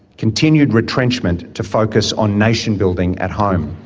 continued retrenchment to focus on nation-building at home.